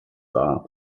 war